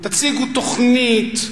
תציגו תוכנית,